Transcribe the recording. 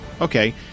Okay